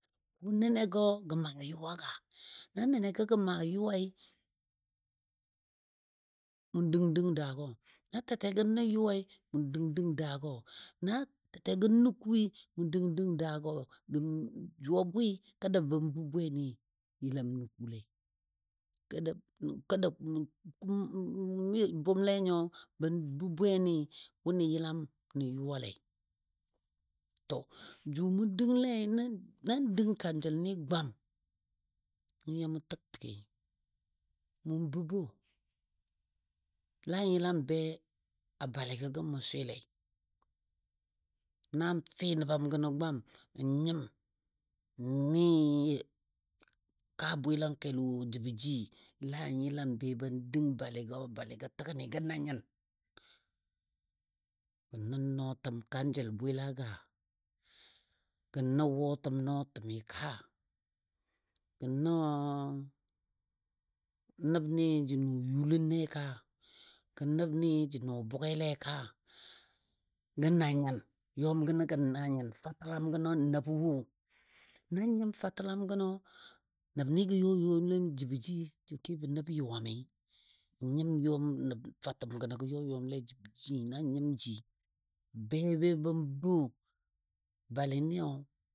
ko nɛnɛgɔ gə maa yʊwa ka? Na nɛnɛgɔ gə maa yʊwai, mʊ dəng dəng daagɔ, na tɛtɛgɔ nəkuui, mʊn dəng dəng daagɔ dəng jʊ a bwɨ kada ben bə bwenɨ yəlam nəkuule mi bʊmle nyo ban bə bweni wʊni yəlam nəyʊwalei. To jʊ mʊ dənglei, nan dəng kanjəl ni gwam nəngɔ yamɔ təgtəgai, mʊn bəbbou lan yəlam be a balɨgɔ gəm mʊ swɨlei. Nan fɨ nəbam gənɔ gwam n nyim mi kaa bwɨlangkel wo jəbɔ ji, lan yəlam be ba dəng balɨgɔ, balɨgɔ təgən gəna nyin? Gə nə nɔɔtəm kanjəl bwɨla ka? Gə nə wɔtəm nɔɔtəmi ka? Gə nə nəbni gə nɔɔ yʊlənlei ka? Gə nəbni jə nɔɔ bʊgelei ka? Gə na nyin? Yɔm gənɔ gəna nyin? Fatəlam gənɔ nabə wo? Nan nyim fatəlam gənɔ nəbni gə yɔ yɔmle jəbɔ ji, jə kebɔ nəb yʊwami, n nyim yɔm nəb fatəma gənɔ gə yɔ yɔmle jəbɔ ji na nyim ji, be ba ban bou balɨ nɨyo.